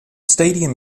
stadium